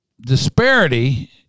disparity